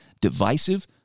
divisive